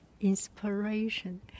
inspiration